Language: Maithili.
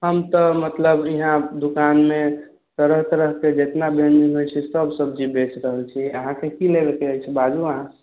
हम तऽ मतलब इहाँ दुकानमे तरह तरहकेँ जेतना व्यञ्जन होइत छै सब सब्जी बेच रहल छी अहाँकेँ की लेवेके अछि बाजू अहाँ